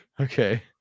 Okay